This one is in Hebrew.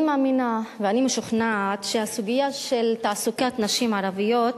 אומרים לי שסגן שר החינוך בדרך.